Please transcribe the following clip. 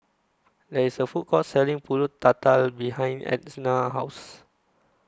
There IS A Food Court Selling Pulut Tatal behind Etna's House